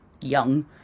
young